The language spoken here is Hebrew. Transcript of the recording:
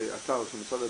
לאתר של משרד הבריאות,